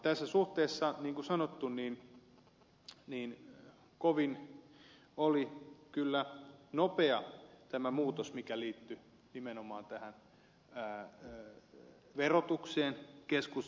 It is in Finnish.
tässä suhteessa niin kuin sanottu kovin oli kyllä nopea tämä muutos mikä liittyi nimenomaan tähän verotukseen keskustan osalta